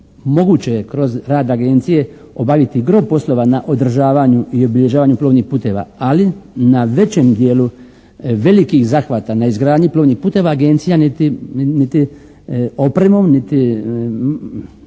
moguće je kroz rad Agencije obaviti gro poslova na održavanju i obilježavanju plovnih puteva, ali na većem dijelu velikih zahvata na izgradnji plovnih puteva Agencija niti opremom niti